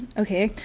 okay,